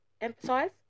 emphasize